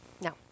No